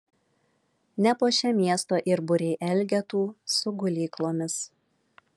nepuošia miesto ir būriai elgetų su gulyklomis